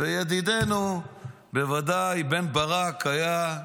וידידנו בוודאי בן ברק היה,